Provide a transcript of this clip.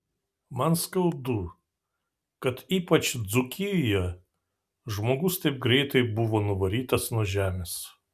man skaudu kad ypač dzūkijoje žmogus taip greitai buvo nuvarytas nuo žemės